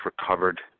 recovered